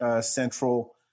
Central